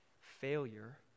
Failure